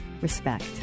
Respect